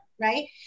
right